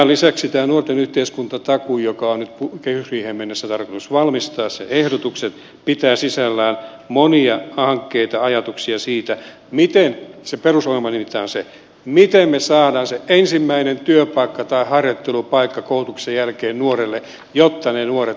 tämän lisäksi tämä nuorten yhteiskuntatakuu joka on nyt kehysriiheen mennessä tarkoitus valmistaa sen ehdotukset pitää sisällään monia hankkeita ajatuksia siitä miten me saadaan se ensimmäinen työpaikka tai harjoittelupaikka koulutuksen jälkeen nuorille jotta ne nuoret eivät syrjäydy